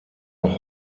noch